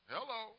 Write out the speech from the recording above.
Hello